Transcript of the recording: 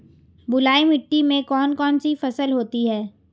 बलुई मिट्टी में कौन कौन सी फसल होती हैं?